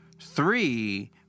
three